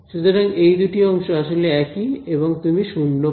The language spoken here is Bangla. সুতরাং এই দুটি অংশ আসলে একই এবং তুমি 0 পাও